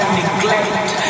neglect